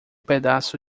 pedaço